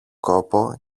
κόπο